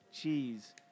Cheese